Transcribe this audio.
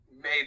made